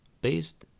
based